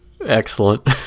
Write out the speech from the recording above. Excellent